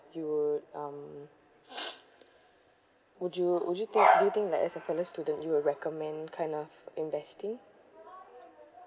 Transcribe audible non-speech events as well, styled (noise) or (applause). you um (noise) would you would you think do you think like as a fellow student you would recommend kind of investing